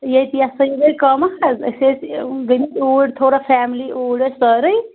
ییٚتہِ یہِ ہہ سا یہِ گٔے کٲم اَکھ حظ أسۍ ٲسۍ گٔمٕتۍ اوٗرۍ تھوڑا فیملی اوٗرۍ ٲسۍ سٲرٕے